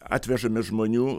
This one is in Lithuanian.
atvežami žmonių